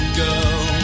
girl